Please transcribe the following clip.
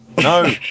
No